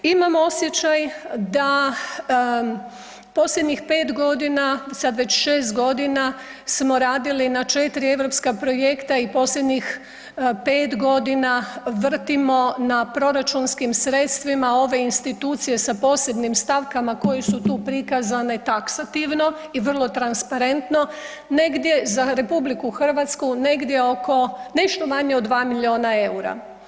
Imam osjećaj da posljednjih 5.g., sad već 6.g. smo radili na 4 europska projekta i posljednjih 5.g. vrtimo na proračunskim sredstvima ove institucije sa posebnim stavkama koje su tu prikazane taksativno i vrlo transparentno, negdje za RH, negdje oko, nešto manje od 2 milijuna EUR-a.